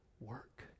work